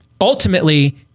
Ultimately